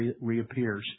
reappears